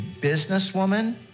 businesswoman